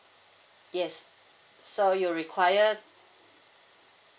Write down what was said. yes so you require